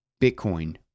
Bitcoin